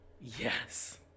Yes